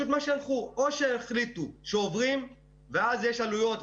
או שיחליטו שעוברים ואז יש עלויות,